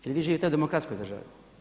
Jel' vi živite u demokratskoj državi?